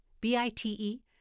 B-I-T-E